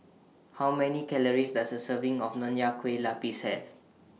How Many Calories Does A Serving of Nonya Kueh Lapis Have